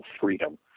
freedom